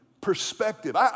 perspective